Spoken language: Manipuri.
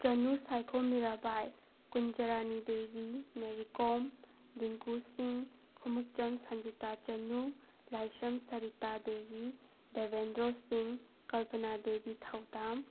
ꯆꯅꯨ ꯁꯥꯏꯈꯣꯝ ꯃꯤꯔꯕꯥꯏ ꯀꯨꯟꯖꯔꯥꯅꯤ ꯗꯦꯕꯤ ꯃꯦꯔꯤ ꯀꯣꯝ ꯗꯤꯡꯀꯨ ꯁꯤꯡꯍ ꯈꯨꯃꯨꯛꯆꯝ ꯁꯟꯖꯤꯇꯥ ꯆꯅꯨ ꯂꯥꯏꯁ꯭ꯔꯝ ꯁꯔꯤꯇꯥ ꯗꯦꯕꯤ ꯗꯦꯕꯦꯟꯗ꯭ꯔꯣ ꯁꯤꯡꯍ ꯀꯜꯄꯅ ꯗꯦꯕꯤ ꯊꯧꯗꯥꯝ